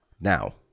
now